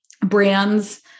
brands